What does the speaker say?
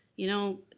you know,